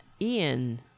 Ian